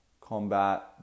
combat